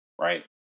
right